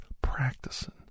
practicing